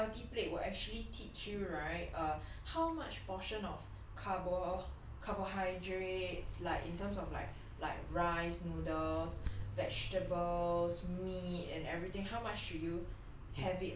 and then the my healthy plate will actually teach you right err how much portion of carbo~ carbohydrates like in terms of like like rice noodles vegetables meat and everything how much should you